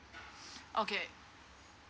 okay